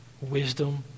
wisdom